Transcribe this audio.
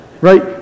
Right